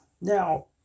Now